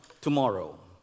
tomorrow